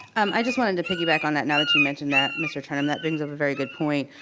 um i just wanted to piggyback on that, now that you mention that, mr. trenum. that brings up a very good point.